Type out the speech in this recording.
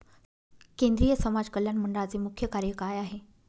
केंद्रिय समाज कल्याण मंडळाचे मुख्य कार्य काय आहे?